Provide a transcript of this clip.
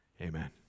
amen